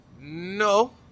No